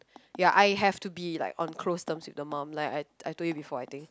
ya I have to be like on close terms with the mom like I I told you before I think